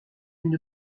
une